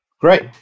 Great